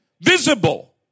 visible